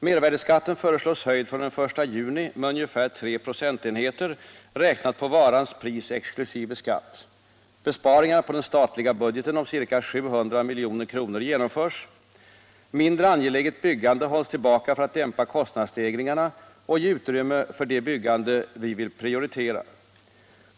Mervärdeskatten föreslås höjd från den 1 juni med ungefär 3 procentenheter, räknat på varans pris exkl. skatt, besparingar på den statliga budgeten om ca 700 milj.kr. genomförs, mindre angeläget byggande hålls tillbaka för att dämpa kostnadsstegringarna och ge utrymme för det byggande vi vill prioritera.